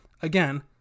again